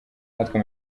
natwe